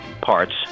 parts